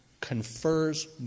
confers